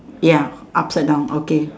ya upside down okay